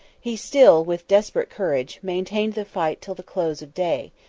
he still, with desperate courage, maintained the fight till the close of day,